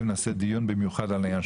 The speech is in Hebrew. נעשה דיון במיוחד על העניין של מזונות.